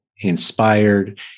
inspired